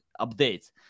updates